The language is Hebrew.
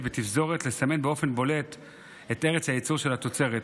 בתפזורת לסמן באופן בולט את ארץ הייצור של התוצרת